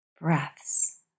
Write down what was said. breaths